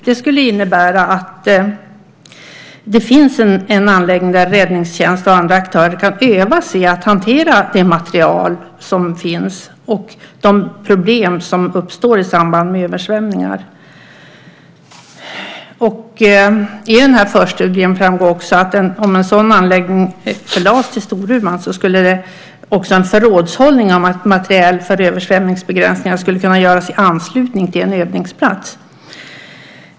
Det skulle innebära att det fanns en anläggning där räddningstjänst och andra aktörer kunde öva sig i att hantera den materiel som finns och de problem som uppstår i samband med översvämningar. Av förstudien framgår även att om en sådan anläggning förlades till Storuman skulle en förrådshållning av materiel för översvämningsbegränsning också kunna göras i anslutning till en övningsplats.